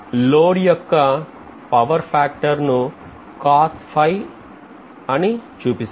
load యొక్క power factor ను తో చూపిస్తాం